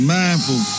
mindful